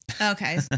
Okay